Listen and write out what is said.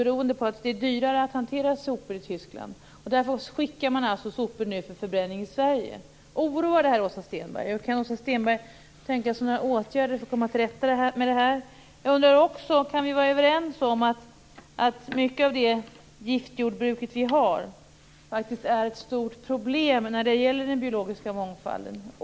Detta beror på att det är dyrare att hantera sopor i Tyskland, och därför skickar man nu alltså sopor till Sverige för förbränning. Oroar det här Åsa Stenberg? Kan hon tänka sig några åtgärder för att komma till rätta med det här? Kan vi vidare vara överens om att mycket av det giftjordbruk vi har är ett stort problem när det gäller den biologiska mångfalden?